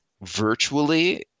virtually